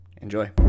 enjoy